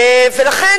ולכן,